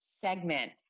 segment